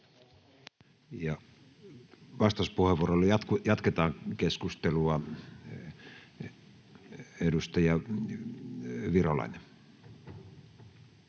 vastauspuheenvuoroilla jatketaan keskustelua. — Edustaja Virolainen.